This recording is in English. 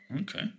Okay